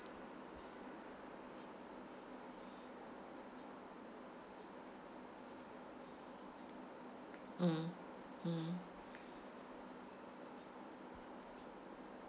mm mm